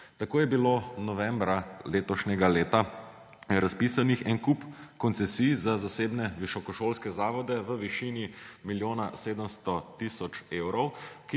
Tako je bilo novembra letošnjega leta razpisanih en kup koncesij za zasebne visokošolske zavode v višini milijona